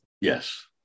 Yes